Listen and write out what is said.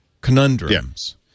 conundrums